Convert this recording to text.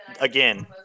again